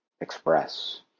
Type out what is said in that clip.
Express